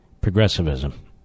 progressivism